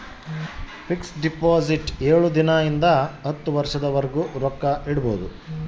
fix deposit ಏಳು ದಿನ ಇಂದ ಹತ್ತು ವರ್ಷದ ವರ್ಗು ರೊಕ್ಕ ಇಡ್ಬೊದು